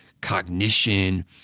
cognition